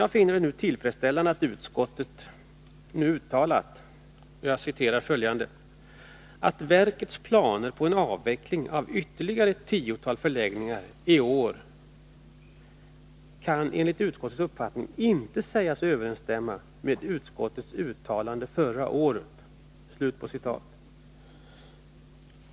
Jag finner det tillfredsställande att utskottet nu uttalar att ”verkets planer på en avveckling av ytterligare ett tiotal förläggningar i år kan enligt utskottets uppfattning inte sägas överensstämma med utskottets uttalande förra året”.